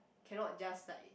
cannot just like